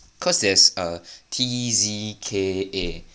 cause there's a T Z K A